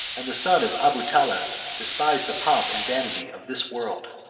and the son of abu taleb despised the pomp and vanity of this world.